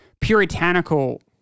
puritanical